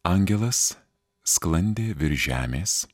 angelas sklandė virš žemės